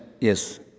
yes